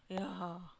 yeah